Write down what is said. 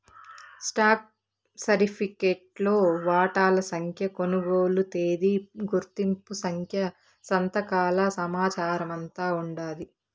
stock సరిఫికెట్లో వాటాల సంఖ్య, కొనుగోలు తేదీ, గుర్తింపు సంఖ్య, సంతకాల సమాచారమంతా ఉండాది